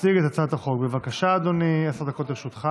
הצעת חוק זכויות נפגעי עבירה